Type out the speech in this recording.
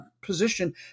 position